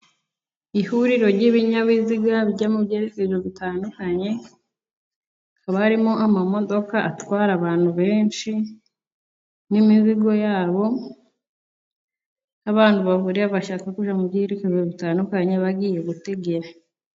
Ihuriro ry'ibinyabiziga bijya mu byerekezo bitandukanye, haba harimo amamodoka atwara abantu benshi n'imizigo yabo, aho abantu bahurira bashaka kujya mu byerekezo bitandukanye bagiye gutegera.